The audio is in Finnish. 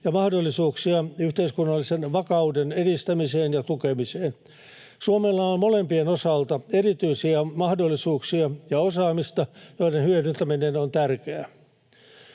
ja mahdollisuuksia yhteiskunnallisen vakauden edistämiseen ja tukemiseen. Suomella on molempien osalta erityisiä mahdollisuuksia ja osaamista, joiden hyödyntäminen on tärkeää.